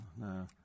no